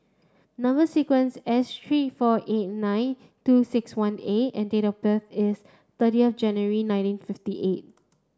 number sequence S three four eight nine two six one A and date of birth is thirty of January nineteen fifty eight